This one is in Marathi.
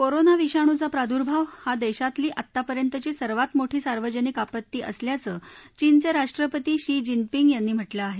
कोरोना विषाणूचा प्रादुर्भाव हा देशातली आतापर्यंतची सर्वात मोठी सार्वजनिक आपत्ती असल्याचं चीनचे राष्ट्रपती शी जिनपिंग यांनी म्हटलं आहे